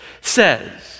says